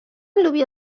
لوبیا